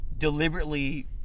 deliberately